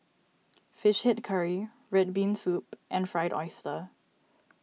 Fish Head Curry Red Bean Soup and Fried Oyster